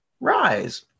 Rise